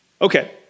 okay